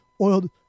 oiled